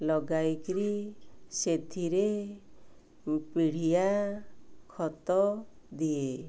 ଲଗାଇକରି ସେଥିରେ ପିଡ଼ିଆ ଖତ ଦିଏ